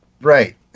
Right